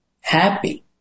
happy